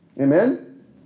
Amen